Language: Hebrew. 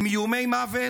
עם איומי מוות,